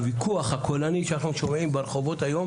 הוויכוח הקולני שאנחנו שומעים ברחובות היום,